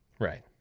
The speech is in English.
Right